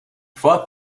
fought